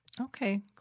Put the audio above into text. Okay